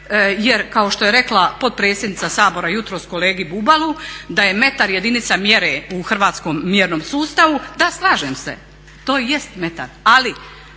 jer kao što je rekla potpredsjednica Sabora jutros kolegi Bubalu da je metar jedinica mjere u hrvatskom mjernom sustavu. Da slažem se, to jest metar.